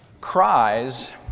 cries